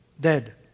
Dead